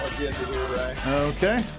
Okay